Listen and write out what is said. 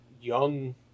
young